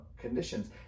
conditions